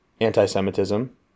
anti-Semitism